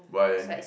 why eh